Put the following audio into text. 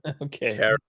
Okay